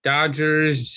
Dodgers